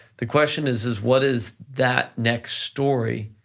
the question is is what is that next story,